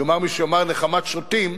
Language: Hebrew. יאמר מי שיאמר נחמת שוטים,